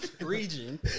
region